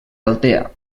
altea